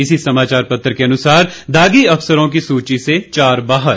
इसी समाचार पत्र के अनुसार दागी अफसरों की सूची से चार बाहर